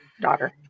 Daughter